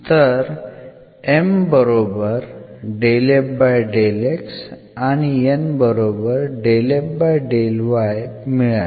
तर and मिळाले